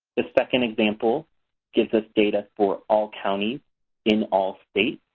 the second example gives us data for all counties in all states.